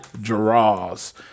draws